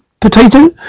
potato